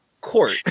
court